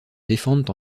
défendent